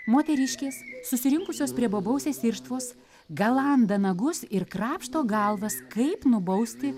moteriškės susirinkusios prie bobausės irštvos galanda nagus ir krapšto galvas kaip nubausti